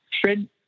Fred